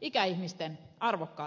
ikäihmisten arvokkaalle elämälle